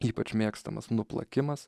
ypač mėgstamas nuplakimas